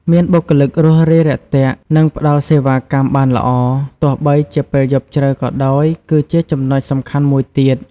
មានបុគ្គលិករួសរាយរាក់ទាក់ និងផ្តល់សេវាកម្មបានល្អ ទោះបីជាពេលយប់ជ្រៅក៏ដោយ គឺជាចំណុចសំខាន់មួយទៀត។